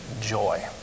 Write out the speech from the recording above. joy